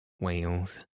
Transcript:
Wales